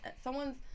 someone's